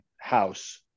house